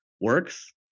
works